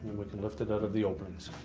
we can lift it out of the openings.